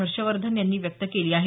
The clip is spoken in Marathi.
हर्षवर्धन यांनी व्यक्त केली आहे